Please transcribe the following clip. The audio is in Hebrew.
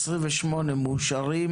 27, 28 עם השינויים אושרו.